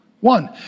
one